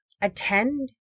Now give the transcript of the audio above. attend